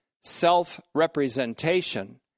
self-representation